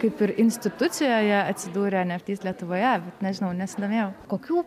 kaip ir institucijoje atsidūrė ne tiktais lietuvoje nežinau nesidomėjau kokių